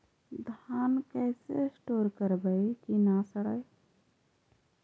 धान कैसे स्टोर करवई कि न सड़ै?